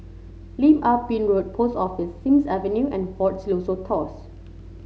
Lim Ah Pin Road Post Office Sims Avenue and Fort Siloso Tours